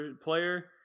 player